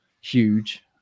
huge